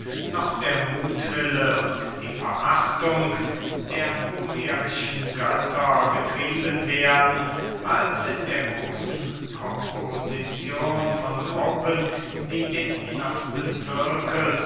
noch der muthwille und die verachtung der homerischen götter getrieben werden als in dieser großen komposizion von gruppen die den innersten zirkel